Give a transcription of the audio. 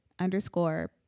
underscore